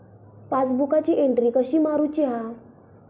पासबुकाची एन्ट्री कशी मारुची हा?